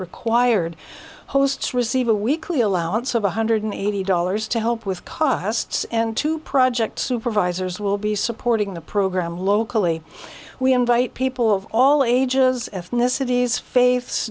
required hosts receive a weekly allowance of one hundred eighty dollars to help with costs and to project supervisors will be supporting the program locally we invite people of all ages ethnicities faith